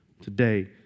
today